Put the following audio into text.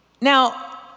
Now